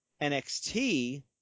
NXT